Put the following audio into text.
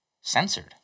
censored